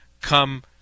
come